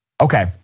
Okay